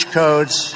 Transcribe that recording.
codes